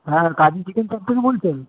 হ্যাঁ Gazi chicken shop থেকে বলছেন